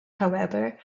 however